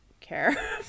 care